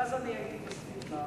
ואז אני הייתי בסביבה.